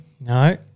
No